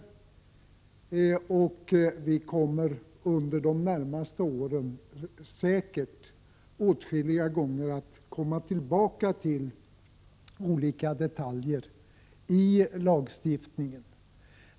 Vi kommer säkert att aktualisera olika detaljer i lagstiftningen vid flera tillfällen under de närmaste åren.